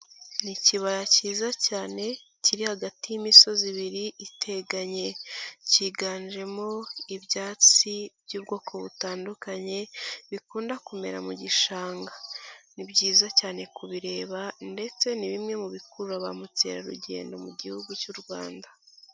Ni ikibaya kiza cyane kiri hagati y'imisozi ibiri iteganye. Kiganjemo ibyatsi by'ubwoko butandukanye, bikunda kumera mu gishanga. Ni byiza cyane kubireba ndetse ni bimwe mu bikurura ba mukerarugendo mu gihugu cy'u Rwanda.